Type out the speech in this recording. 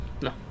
No